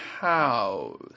house